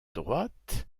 droite